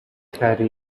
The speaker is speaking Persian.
خری